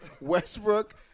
Westbrook